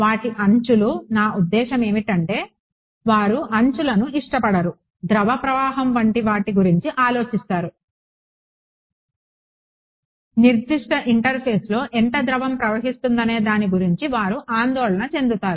వాటి అంచులు నా ఉద్దేశ్యం ఏమిటంటే వారు అంచులను ఇష్టపడరు ద్రవ ప్రవాహం వంటి వాటి గురించి ఆలోచిస్తారు నిర్దిష్ట ఇంటర్ఫేస్లో ఎంత ద్రవం ప్రవహిస్తుందనే దాని గురించి వారు ఆందోళన చెందుతారు